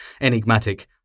enigmatic